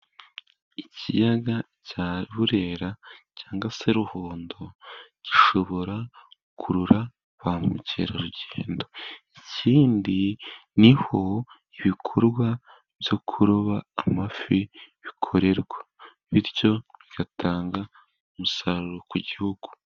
Ikiyaga cya Burera cyangwa se Ruhondo, gishobora gukurura ba mukerarugendo, ikindi niho ibikorwa byo kuroba amafi bikorerwa, bityo bitanga umusaruro ku gihugu.